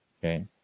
okay